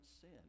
sin